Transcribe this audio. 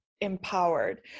empowered